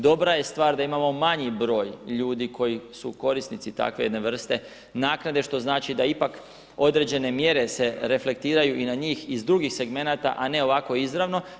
Dobra je stvar da imamo manji broj ljudi koji Su korisnici takve jedne vrste naknade, što znači da ipak određene mjere se reflektiraju i na njih iz drugih segmenata, a ne ovako izravno.